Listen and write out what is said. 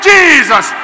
Jesus